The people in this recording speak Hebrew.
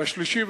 השלישי,